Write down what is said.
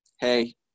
Hey